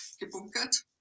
gebunkert